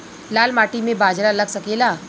लाल माटी मे बाजरा लग सकेला?